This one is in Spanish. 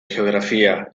geografía